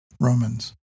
Romans